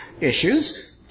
issues